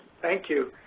thank you.